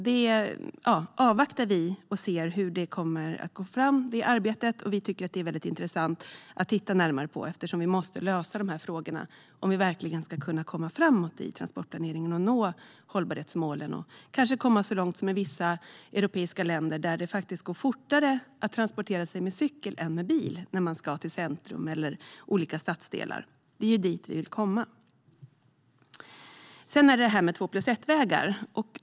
Vi avvaktar och ser hur detta arbete går framåt. Vi tycker att det är väldigt intressant att titta närmare på, eftersom vi måste lösa dessa frågor om vi verkligen ska kunna komma framåt i transportplaneringen, nå hållbarhetsmålen och kanske komma så långt som i vissa europeiska länder, där det faktiskt går fortare att transportera sig med cykel än med bil när man ska till centrum eller till olika stadsdelar. Det är ju dit vi vill komma. Jag vill också säga något om två-plus-ett-vägar.